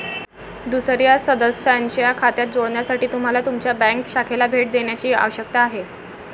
दुसर्या सदस्याच्या खात्यात जोडण्यासाठी तुम्हाला तुमच्या बँक शाखेला भेट देण्याची आवश्यकता आहे